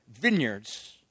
vineyards